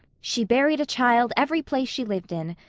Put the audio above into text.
she buried a child every place she lived in.